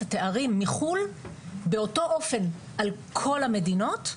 התארים מחו"ל באותו אופן מכל המדינות.